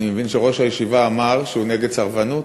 אני מבין שראש הישיבה אמר שהוא נגד סרבנות?